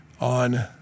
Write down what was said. on